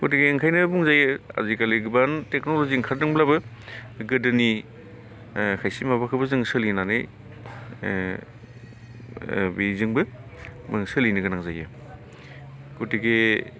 गथिके ओंखायनो बुंजायो आजिखालि गोबां टेकनलजि ओंखारदोंब्लाबो गोदोनि खायसे माबाखौबो जों सोलिनानै बेजोंबो सोलिनो गोनां जायो गथिके